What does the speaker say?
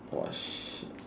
!wah! shit